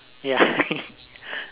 ya